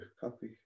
copy